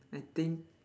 I think